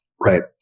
Right